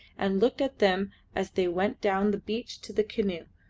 and looked at them as they went down the beach to the canoe,